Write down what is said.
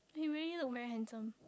he really look very handsome